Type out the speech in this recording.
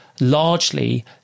largely